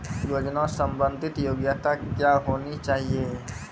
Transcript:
योजना संबंधित योग्यता क्या होनी चाहिए?